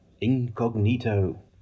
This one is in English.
incognito